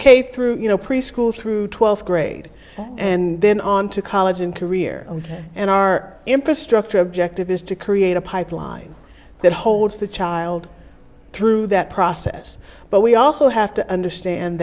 case through you know preschool through twelfth grade and then on to college and career and our infrastructure objective is to create a pipeline that holds the child through that process but we also have to understand